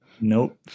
Nope